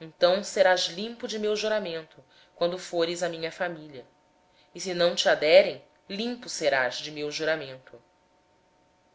então serás livre do meu juramento quando chegares à minha parentela e se não ta derem livre serás do meu juramento